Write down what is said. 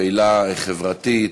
פעילה חברתית,